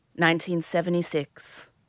1976